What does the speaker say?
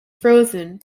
frozen